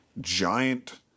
giant